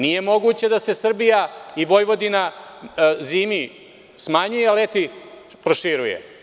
Nije moguće da se Srbija i Vojvodina zimi smanjuje a leti proširuje.